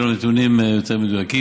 יהיו לי הנתונים היותר-מדויקים.